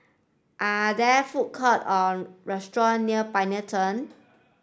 are there food court or restaurant near Pioneer Turn